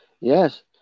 yes